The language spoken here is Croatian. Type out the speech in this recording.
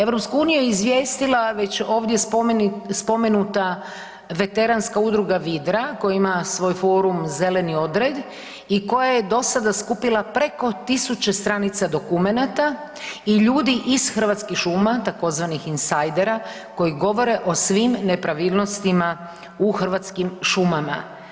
EU je izvijestila već ovdje spomenuta Veteranska udruga Vidra koja ima svoj forum zeleni odred i koja je do sada skupila preko 1.000 stranica dokumenata i ljudi iz Hrvatskih šuma tzv. insajdera koji govore o svim nepravilnostima u Hrvatskim šumama.